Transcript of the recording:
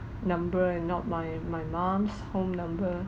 number and not my my mom's home number